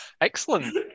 Excellent